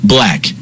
Black